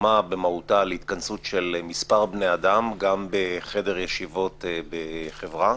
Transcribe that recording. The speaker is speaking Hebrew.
דומה במהותה להתכנסות של מספר בני אדם גם בחדר ישיבות בחברה,